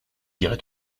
dirai